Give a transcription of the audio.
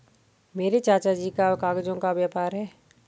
मेरे चाचा जी का कागजों का व्यापार है